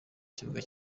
kibuga